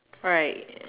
alright